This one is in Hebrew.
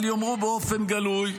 אבל שיאמרו באופן גלוי,